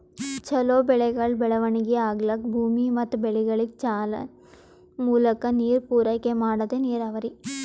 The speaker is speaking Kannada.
ಛಲೋ ಬೆಳೆಗಳ್ ಬೆಳವಣಿಗಿ ಆಗ್ಲಕ್ಕ ಭೂಮಿ ಮತ್ ಬೆಳೆಗಳಿಗ್ ಚಾನಲ್ ಮೂಲಕಾ ನೀರ್ ಪೂರೈಕೆ ಮಾಡದೇ ನೀರಾವರಿ